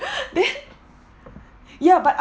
then ya but